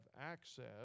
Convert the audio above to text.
access